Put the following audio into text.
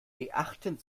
beachten